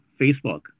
Facebook